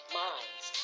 minds